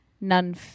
none